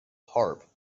harp